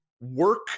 work